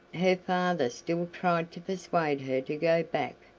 her father still tried to persuade her to go back,